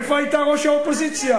איפה היתה ראש האופוזיציה?